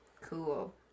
Cool